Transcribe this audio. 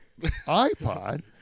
iPod